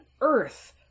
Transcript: earth